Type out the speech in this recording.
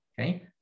okay